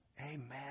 Amen